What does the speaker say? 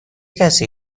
کسی